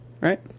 right